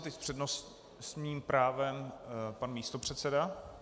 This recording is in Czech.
Teď s přednostním právem pan místopředseda.